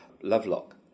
Lovelock